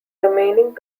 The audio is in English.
remaining